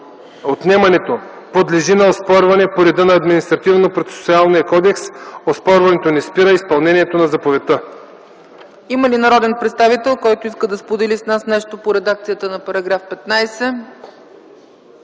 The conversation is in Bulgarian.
Отнемането подлежи на оспорване по реда на Административнопроцесуалния кодекс. Оспорването не спира изпълнението на заповедта.” ПРЕДСЕДАТЕЛ ЦЕЦКА ЦАЧЕВА: Има ли народен представител, който иска да сподели с нас нещо по редакцията на § 15?